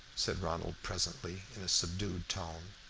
said ronald presently, in a subdued tone.